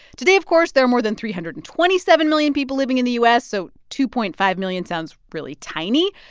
today, of course, there are more than three hundred and twenty seven million people living in the u s, so two point five million sounds really tiny.